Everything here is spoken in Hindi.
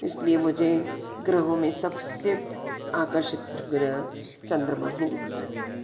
इसलिए मुझे ग्रहो में सबसे आकर्षित ग्रह चंद्रमा ही दिखता है